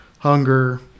hunger